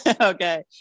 Okay